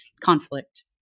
conflict